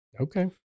Okay